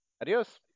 Adios